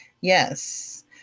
Yes